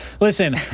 Listen